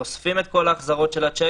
הם אוספים את כל ההחזרות של השיקים,